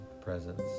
presence